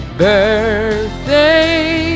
birthday